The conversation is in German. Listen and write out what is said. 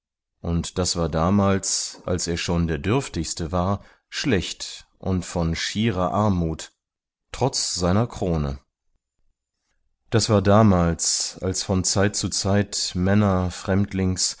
und das war damals als er schon der dürftigste war schlecht und von schierer armut trotz seiner krone das war damals als von zeit zu zeit männer